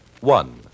One